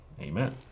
Amen